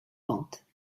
ventes